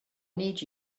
need